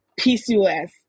pcos